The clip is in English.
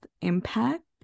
impact